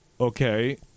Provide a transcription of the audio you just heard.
okay